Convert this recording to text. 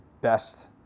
best